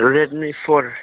Redmi four